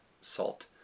salt